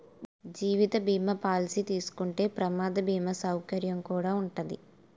జీవిత బీమా పాలసీ తీసుకుంటే ప్రమాద బీమా సౌకర్యం కుడా ఉంటాది